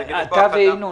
אתה וינון?